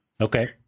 Okay